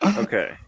okay